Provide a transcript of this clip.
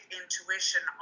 intuition